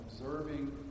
observing